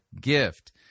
gift